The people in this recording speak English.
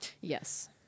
Yes